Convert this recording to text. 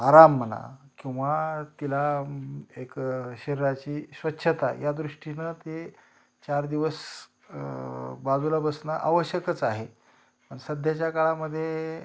आराम म्हणा किंवा तिला एक शरीराची स्वच्छता या दृष्टीनं ते चार दिवस बाजूला बसणं आवश्यकच आहे पण सध्याच्या काळामध्ये